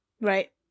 Right